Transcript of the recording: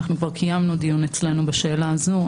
אנחנו כבר קיימנו דיון אצלנו בשאלה הזו.